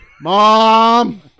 Mom